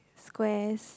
squares